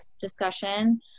discussion